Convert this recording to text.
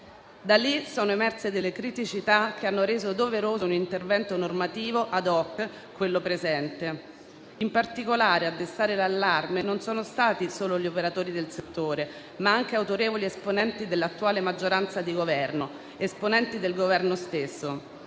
Da lì sono emerse delle criticità che hanno reso doveroso un intervento normativo *ad hoc*, quello presente. In particolare, a destare l'allarme non sono stati solo gli operatori del settore, ma anche autorevoli esponenti dell'attuale maggioranza di Governo e del Governo stesso,